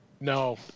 No